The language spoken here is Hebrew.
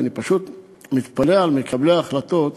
ואני פשוט מתפלא על מקבלי ההחלטות,